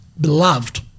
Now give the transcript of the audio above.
beloved